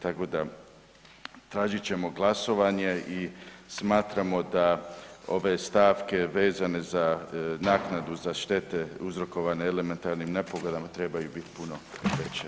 Tako da tražit ćemo glasovanje i smatramo da ove stavke vezane za naknadu za štete uzrokovane elementarnim nepogodama trebaju bit puno veće.